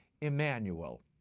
Emmanuel